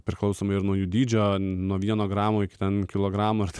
priklausome ir nuo jų dydžio nuo vieno gramo iki ten kilogramas